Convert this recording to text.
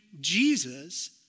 Jesus